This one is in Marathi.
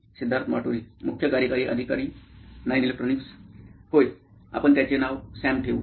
सिद्धार्थ माटुरी मुख्य कार्यकारी अधिकारी नॉइन इलेक्ट्रॉनिक्स होय आपण त्याचे नाव सॅम ठेवू